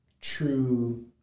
true